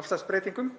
loftslagsbreytingum,